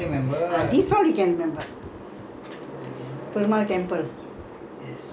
mm then whose car we using ah we borrowed somebody's car your boss' car is it